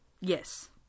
Yes